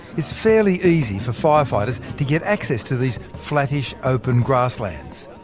it's fairly easy for firefighters to get access to these flattish open grasslands.